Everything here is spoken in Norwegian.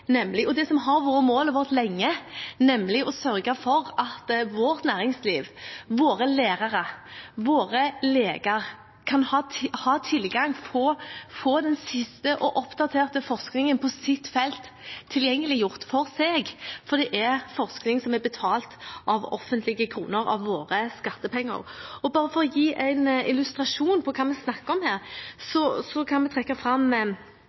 og det som har vært målet vårt lenge, nemlig å sørge for at vårt næringsliv, våre lærere og våre leger kan ha tilgang og få den siste og oppdaterte forskningen på sitt felt tilgjengeliggjort for seg, for det er forskning som er betalt av offentlige kroner, av våre skattepenger. For å illustrere hva vi snakker om her, kan jeg trekke fram